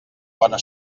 bona